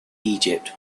egypt